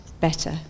better